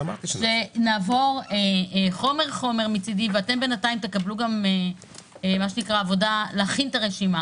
שנעבור חומר-חומר ואתם בינתיים תקבלו עבודה להכין את הרשימה